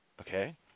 okay